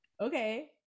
okay